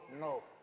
no